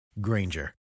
Granger